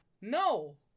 no